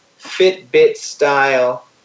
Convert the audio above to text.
Fitbit-style